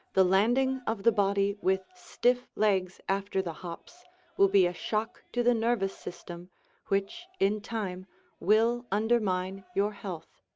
the landing of the body with stiff legs after the hops will be a shock to the nervous system which in time will undermine your health.